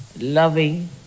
loving